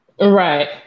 Right